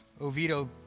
Oviedo